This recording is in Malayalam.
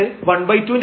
പിന്നീട് ½